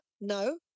no